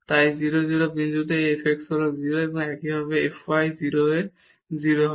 তাই 0 0 বিন্দুতে এই fx হল 0 এবং একইভাবে fy 0 এ 0 হয়